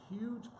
huge